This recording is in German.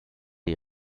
die